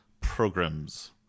programs